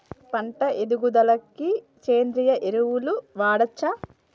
పంట ఎదుగుదలకి సేంద్రీయ ఎరువులు వాడచ్చా?